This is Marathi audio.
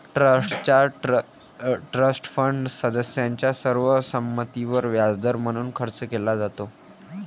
ट्रस्टचा ट्रस्ट फंड सदस्यांच्या सर्व संमतीवर व्याजदर म्हणून खर्च केला जातो